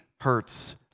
hurts